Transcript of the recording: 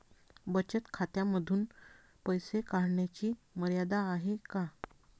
बचत खात्यांमधून पैसे काढण्याची मर्यादा आहे का?